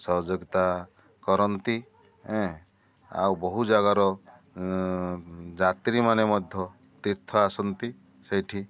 ସହଯୋଗିତା କରନ୍ତି ଆଉ ବହୁ ଜାଗାର ଯାତ୍ରୀମାନେ ମଧ୍ୟ ତୀର୍ଥ ଆସନ୍ତି ସେଇଠି